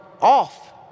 off